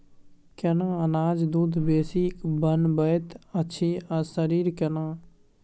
केना अनाज दूध बेसी बनबैत अछि आ शरीर केना?